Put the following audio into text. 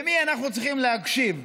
למי אנחנו צריכים להקשיב?